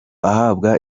ahabwa